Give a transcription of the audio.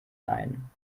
ein